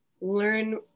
learn